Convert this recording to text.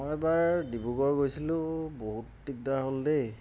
হয় এবাৰ ডিব্ৰুগড় গৈছিলোঁ বহুত দিগদাৰ হ'ল দেই